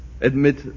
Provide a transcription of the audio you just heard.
Admit